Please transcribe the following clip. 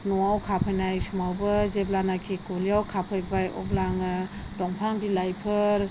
न'आव हाबहोनाय समावबो जेब्लानाखि गलिआव खाफैबाय अब्ला आङ दंफां बिलाइफोर